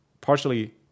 partially